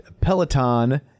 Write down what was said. Peloton